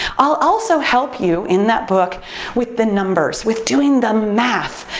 i'll also help you in that book with the numbers, with doing the math,